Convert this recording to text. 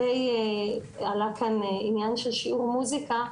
עלה כאן עניין של שיעור מוזיקה,